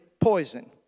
poison